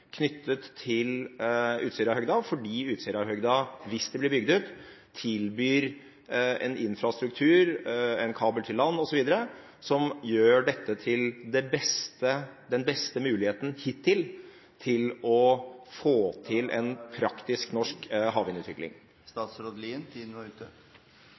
knyttet til Utsirahøgda, fordi Utsirahøgda – hvis det blir bygd ut – tilbyr en infrastruktur, en kabel til land osv., som gjør dette til den hittil beste muligheten til å få til en praktisk norsk havvindutvikling?